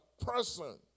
person